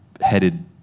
headed